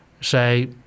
say